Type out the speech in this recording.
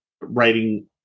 writing